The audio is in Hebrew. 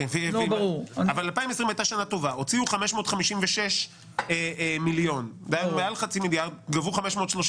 הוציאו 556 מיליון וגבו 536